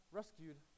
rescued